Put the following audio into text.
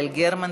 יעל גרמן,